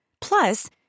Plus